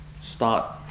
start